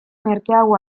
merkeago